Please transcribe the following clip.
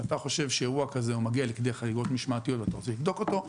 כשאתה חושב שאירוע כזה מגיע לכדי חריגות משמעתיות ואתה רוצה לבדוק אותו,